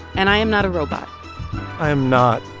and i am not a robot i am not,